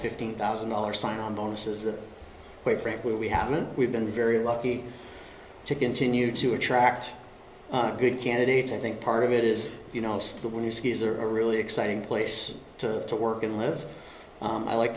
fifteen thousand dollar sign on bonuses that quite frankly we haven't and we've been very lucky to continue to attract good candidates i think part of it is you know the new skis are a really exciting place to work and live and i like